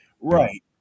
Right